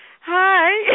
Hi